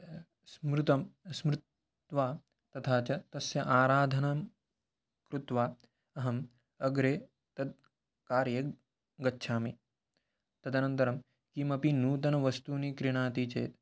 स्मृतं स्मृत्वा तथा च तस्य आराधनां कृत्वा अहम् अग्रे तत् कार्ये गच्छामि तदनन्तरं किमपि नूतनवस्तूनि क्रीणाति चेत्